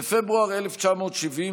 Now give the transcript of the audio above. בפברואר 1970,